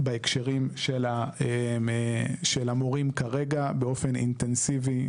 פועל בהקשרים של המורים כרגע באופן אינטנסיבי.